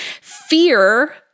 Fear